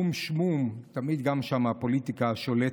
או"ם שמום, גם שם הפוליטיקה שולטת.